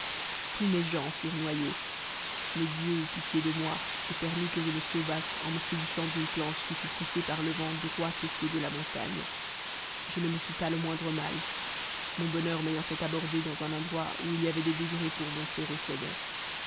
tous mes gens furent noyés mais dieu eut pitié de moi et permit que je me sauvasse en me saisissant d'une planche qui fut poussée par le vent droit au pied de la montagne je ne me fis pas le moindre mal mon bonheur m'ayant fait aborder dans un endroit où il y avait des degrés pour monter au sommet